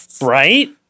Right